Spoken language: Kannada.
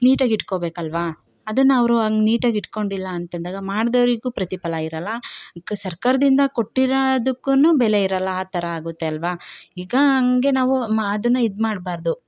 ನೀಟಾಗಿ ಇಟ್ಕೊಬೇಕಲ್ವಾ ಅದನ್ನ ಅವರು ಹಂಗ್ ನೀಟಾಗಿ ಇಟ್ಟುಕೊಂಡಿಲ್ಲ ಅಂತ ಅಂದಾಗ ಮಾಡಿದವ್ರಿಗೂ ಪ್ರತಿಫಲ ಇರೋಲ್ಲ ಕ ಸರ್ಕಾರದಿಂದ ಕೊಟ್ಟಿರದಕ್ಕೂನು ಬೆಲೆ ಇರೋಲ್ಲ ಆ ಥರ ಆಗುತ್ತೆ ಅಲ್ವಾ ಈಗ ಹಂಗೆ ನಾವು ಮ ಅದನ್ನ ಇದು ಮಾಡಬಾರ್ದು